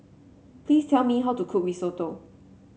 please tell me how to cook Risotto